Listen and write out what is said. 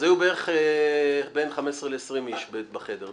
אז היו בערך בין 20-15 איש בחדר,